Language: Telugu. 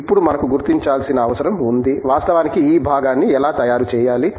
ఇప్పుడు మనకు గుర్తించాల్సిన అవసరం ఉంది వాస్తవానికి ఈ భాగాన్ని ఎలా తయారు చేయాలి